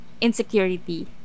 insecurity